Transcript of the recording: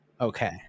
Okay